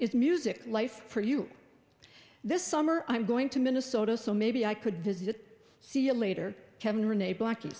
is music life for you this summer i'm going to minnesota so maybe i could visit see a later kevin renee blackie